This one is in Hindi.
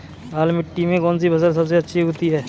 लाल मिट्टी में कौन सी फसल सबसे अच्छी उगती है?